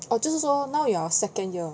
oh 就是说 now you are second year